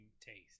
taste